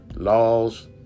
Laws